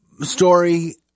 story